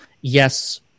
yes